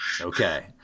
Okay